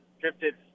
drifted